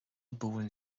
buan